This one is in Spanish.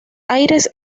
aires